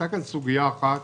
הייתה כאן סוגיה אחת